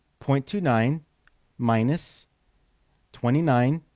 point two nine minus twenty nine